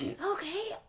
Okay